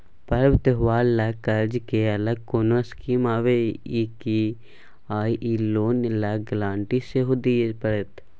पर्व त्योहार ल कर्ज के अलग कोनो स्कीम आबै इ की आ इ लोन ल गारंटी सेहो दिए परतै?